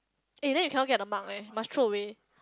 eh then you cannot get the mark leh must throw away